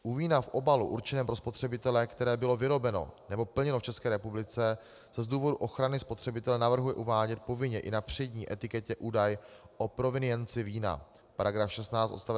U vína v obalu určeném pro spotřebitele, které bylo vyrobeno nebo plněné v České republice, se z důvodu ochrany spotřebitele navrhuje uvádět povinně i na přední etiketě údaj o provenienci vína § 16 odst.